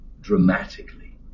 dramatically